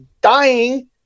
dying